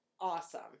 awesome